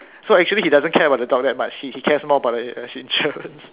so actually he doesn't care about the dog that much he he cares more about the insurance